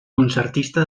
concertista